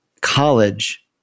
college